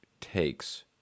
takes